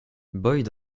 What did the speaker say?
boyd